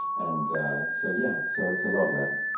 and so, yeah. so it's a love letter.